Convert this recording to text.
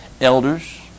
elders